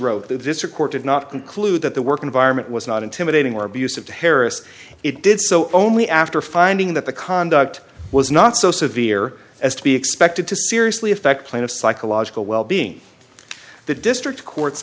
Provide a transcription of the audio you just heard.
wrote the visitor court did not conclude that the work environment was not intimidating or abusive to harris it did so only after finding that the conduct was not so severe as to be expected to seriously affect plan of psychological well being the district court